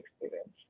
experience